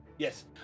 Yes